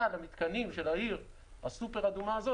אתה את המיתקנים של העיר הסופר אדומה הזאת,